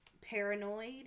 paranoid